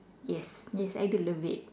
yes yes I do love it